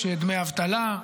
יש דמי אבטלה,